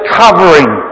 covering